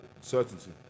certainty